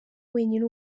wenyine